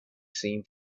seen